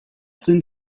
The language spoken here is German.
sind